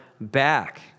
back